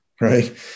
right